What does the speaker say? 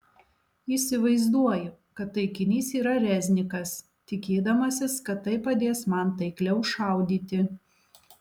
įsivaizduoju kad taikinys yra reznikas tikėdamasis kad tai padės man taikliau šaudyti